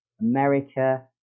America